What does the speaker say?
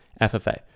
FFA